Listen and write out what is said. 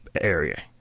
area